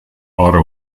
auto